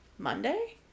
Monday